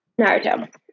Naruto